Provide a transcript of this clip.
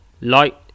Light